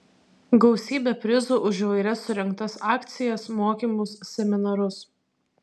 gausybė prizų už įvairias surengtas akcijas mokymus seminarus